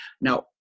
Now